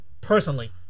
personally